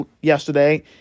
yesterday